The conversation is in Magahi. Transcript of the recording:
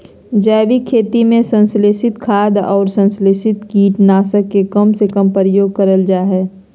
जैविक खेती में संश्लेषित खाद, अउर संस्लेषित कीट नाशक के कम से कम प्रयोग करल जा हई